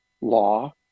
law